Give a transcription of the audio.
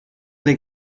they